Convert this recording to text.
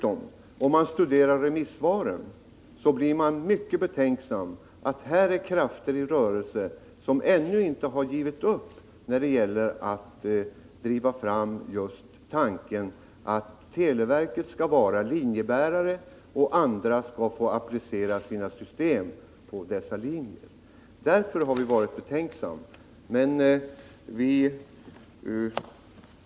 Om man studerar remissvaren blir man dessutom mycket betänksam över att det finns krafter i rörelse som ännu inte har givit upp när det gäller att driva fram tanken att televerket skall vara linjebärare och andra skall få applicera sina system på dessa linjer. Därför har vi varit betänksamma.